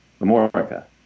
America